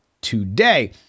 today